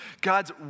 God's